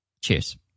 Cheers